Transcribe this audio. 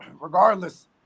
regardless